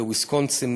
בוויסקונסין,